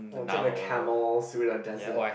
oh take a camel through the desert